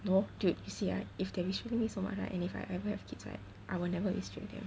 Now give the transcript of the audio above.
no dude you see ah if they restrict me so much right and if I ever have kids right I will never restrict them